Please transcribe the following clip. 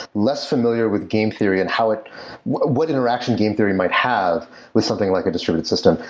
less familiar with game theory and how it what interaction game theory might have with something like a distributed system.